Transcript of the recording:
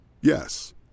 Yes